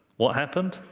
what happened?